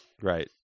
Right